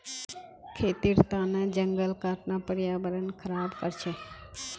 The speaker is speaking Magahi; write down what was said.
खेतीर तने जंगल काटना पर्यावरण ख़राब कर छे